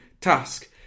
task